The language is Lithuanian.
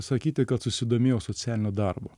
sakyti kad susidomėjau socialiniu darbu